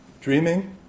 Dreaming